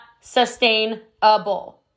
sustainable